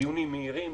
לדיונים מהירים,